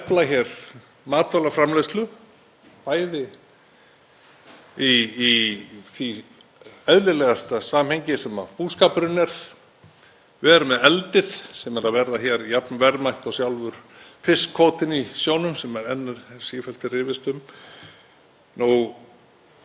við erum með eldið sem er að verða hér jafn verðmætt og sjálfur fiskkvótinn í sjónum sem enn er sífellt rifist um. Við eigum ýmsa möguleika aðra á því að tryggja matvælaöryggi og efla öryggiskennd með íslenskri þjóð á viðsjárverðum tímum. En til langrar framtíðar: